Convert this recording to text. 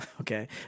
Okay